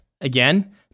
again